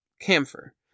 Camphor